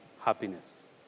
happiness